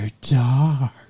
dark